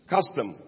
Custom